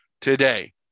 today